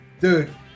dude